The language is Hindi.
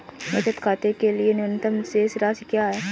बचत खाते के लिए न्यूनतम शेष राशि क्या है?